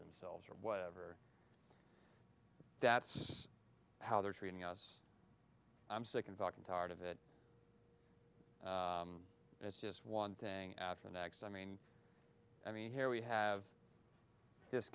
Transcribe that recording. themselves or whatever that's how they're treating us i'm sick and talking tired of it it's just one thing after next i mean i mean here we have this